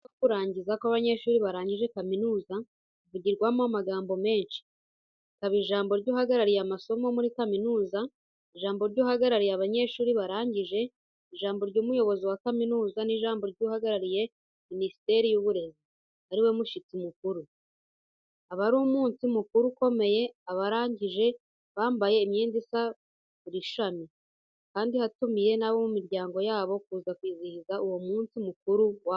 Ku munsi wo kurangiza kw'abanyeshuri barangije kaminuza, havugirwa amagambo menshi. Haba ijambo ry'uhagarariye amasomo muri kaminuza, ijambo ry'uhagarariye abanyeshuri barangije, ijambo ry'umuyobozi wa kaminuza n'ijambo ry'uhagarariye Minisiteri y'Uburezi, ari we mushyitsi mukuru. Aba ari umunsi mukuru ukomeye, abarangije bambaye imyenda isa buri shami, kandi batumiye n'abo mu miryango yabo kuza kwizihiza uwo munsi mukuru wabo.